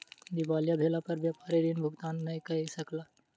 दिवालिया भेला पर व्यापारी ऋण भुगतान नै कय सकला